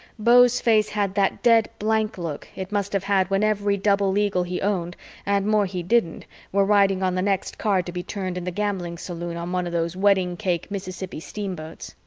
beau's face had that dead blank look it must have had when every double eagle he owned and more he didn't were riding on the next card to be turned in the gambling saloon on one of those wedding-cake mississippi steamboats.